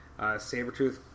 Sabretooth